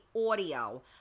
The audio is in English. audio